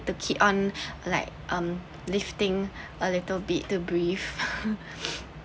to keep on like um lifting a little bit to breathe